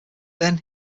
then